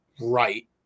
right